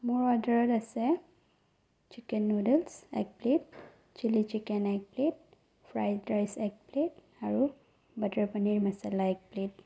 মোৰ অৰ্ডাৰত আছে চিকেন নুদ'লছ এক প্লেট চিলি চিকেন এক প্লেট ফ্ৰাইড ৰাইচ এক প্লেট আৰু বাটাৰ পনিৰ মাছালা এক প্লেট